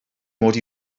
mod